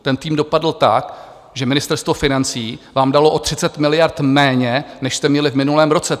Ten tým dopadl tak, že Ministerstvo financí vám dalo o 30 miliard méně, než jste měli v minulém roce.